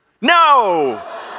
No